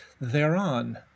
thereon